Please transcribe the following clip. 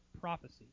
prophecy